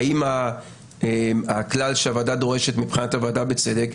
האם הכלל שהוועדה דורשת, מבחינת הוועדה בצדק,